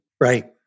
Right